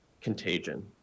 contagion